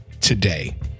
today